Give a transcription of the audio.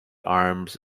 arms